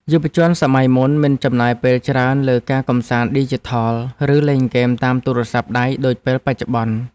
យុវជនសម័យមុនមិនចំណាយពេលច្រើនលើការកម្សាន្តឌីជីថល ឬលេងហ្គេមតាមទូរស័ព្ទដៃដូចពេលបច្ចុប្បន្ន។